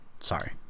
Sorry